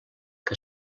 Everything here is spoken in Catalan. que